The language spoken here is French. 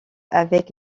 avec